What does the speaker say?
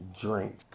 drink